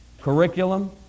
curriculum